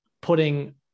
putting